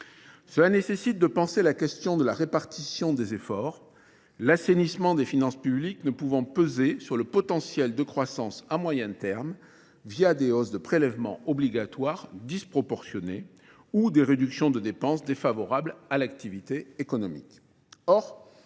Cela nécessite de penser la question de la répartition des efforts, l'assainissement des finances publiques ne pouvant peser sur le potentiel de croissance à moyen terme via des hausses de prélèvements obligatoires disproportionnés ou des réductions de dépenses défavorables à l'activité économique.